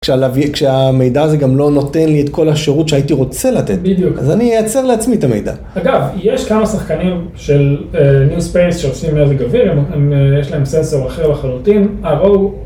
כשהמידע הזה גם לא נותן לי את כל השירות שהייתי רוצה לתת. בדיוק. אז אני אייצר לעצמי את המידע. אגב, יש כמה שחקנים של NewSpace שעושים מזג אוויר, יש להם סנסור אחר לחלוטין, RO.